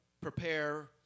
prepare